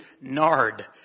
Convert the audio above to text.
nard